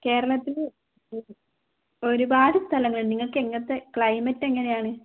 കേരളത്തില് ഒരുപാട് സ്ഥലങ്ങളുണ്ട് നിങ്ങള്ക്ക് എങ്ങനത്തെ ക്ലൈമറ്റ് എങ്ങനെയാണ്